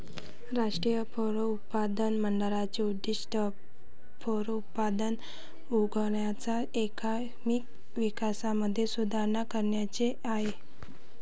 राष्ट्रीय फलोत्पादन मंडळाचे उद्दिष्ट फलोत्पादन उद्योगाच्या एकात्मिक विकासामध्ये सुधारणा करण्याचे आहे